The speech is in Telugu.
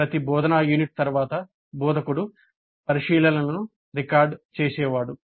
ప్రతి బోధనా యూనిట్ తర్వాత బోధకుడు పరిశీలనలను రికార్డ్ చేసేవాడు